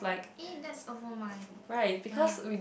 eh that's over mine ya